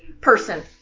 person